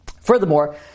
Furthermore